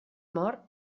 mor